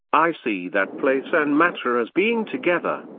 i see that place and matter as being together.